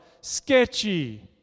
sketchy